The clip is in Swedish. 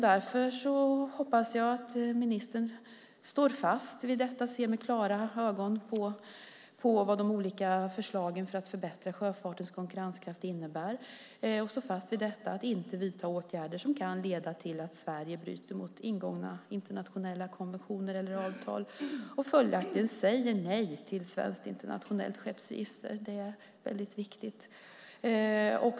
Därför hoppas jag att ministern ser med klara ögon på vad de olika förslagen för att förbättra sjöfartens konkurrenskraft innebär, att hon står fast vid att inte vidta åtgärder som kan leda till att Sverige bryter mot ingångna internationella konventioner eller avtal och följaktligen säger nej till svenskt internationellt skeppsregister. Det är väldigt viktigt.